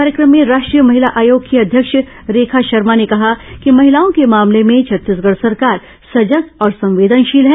कार्यक्रम में राष्ट्रीय महिला आयोग की अध्यक्ष रेखा शर्मा ने कहा कि महिलाओं के मामले में छत्तीसगढ सरकार सजग और संवेदनशील है